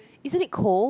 isn't it cold